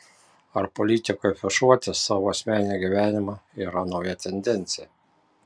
ar politikui afišuoti savo asmeninį gyvenimą yra nauja tendencija